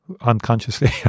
unconsciously